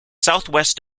southwest